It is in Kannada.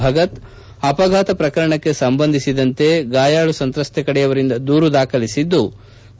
ಭಗತ್ ಅಪಘಾತ ಪ್ರಕರಣಕ್ಕೆ ಸಂಬಂಧಿಸಿದಂತೆ ಗಾಯಾಳು ಸಂತ್ರಸ್ತೆ ಕಡೆಯವರಿಂದ ದೂರು ದಾಖಲಿಸಿದ್ಲು